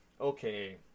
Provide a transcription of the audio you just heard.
Okay